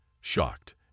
shocked